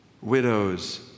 widows